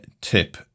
tip